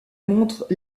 montrent